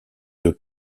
deux